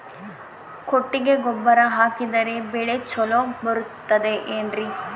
ಕೊಟ್ಟಿಗೆ ಗೊಬ್ಬರ ಹಾಕಿದರೆ ಬೆಳೆ ಚೊಲೊ ಬರುತ್ತದೆ ಏನ್ರಿ?